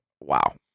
Wow